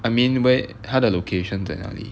I mean where 它的 location 在哪里